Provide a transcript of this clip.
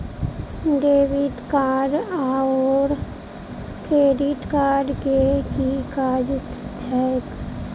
Debit card आओर credit card केँ की काज छैक?